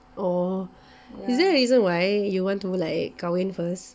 oh is there a reason why you want to like kahwin first